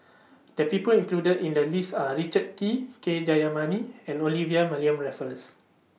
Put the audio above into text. The People included in The list Are Richard Kee K Jayamani and Olivia Mariamne Raffles